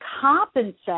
compensate